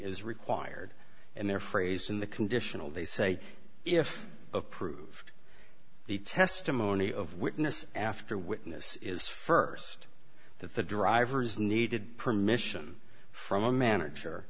is required and they're phrased in the conditional they say if approved the testimony of witness after witness is st that the drivers needed permission from a manager